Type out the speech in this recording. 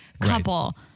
couple